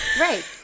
Right